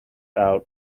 out